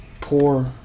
poor